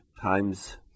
times